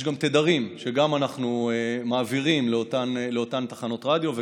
יש גם תדרים שאנחנו מעבירים לאותן תחנות רדיו,